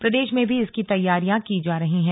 प्रदेश में भी इसकी तैयारियां की जा रही है